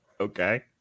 okay